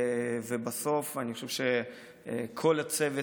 ובסוף אני חושב שכל הצוות,